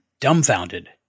dumbfounded